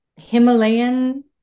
Himalayan